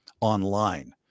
online